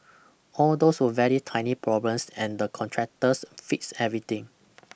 all those were very tiny problems and the contractors fixed everything